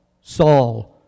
Saul